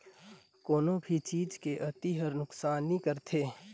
कोनो भी चीज के अती हर नुकसानी करथे